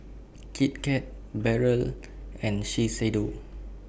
Kit Kat Barrel and Shiseido